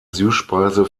süßspeise